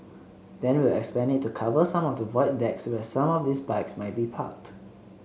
then we'll expand it to cover some of the Void Decks where some of these bikes may be parked